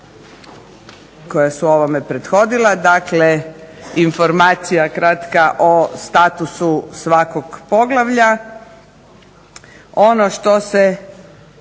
koja su ovome prethodila. Dakle, informacija kratka o statusu svakog poglavlja. Ono što se